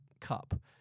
cup